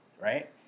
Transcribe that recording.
right